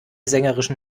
sängerischen